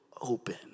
open